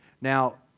Now